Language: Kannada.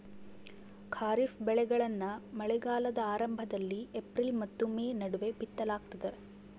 ಖಾರಿಫ್ ಬೆಳೆಗಳನ್ನ ಮಳೆಗಾಲದ ಆರಂಭದಲ್ಲಿ ಏಪ್ರಿಲ್ ಮತ್ತು ಮೇ ನಡುವೆ ಬಿತ್ತಲಾಗ್ತದ